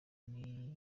n’i